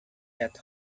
that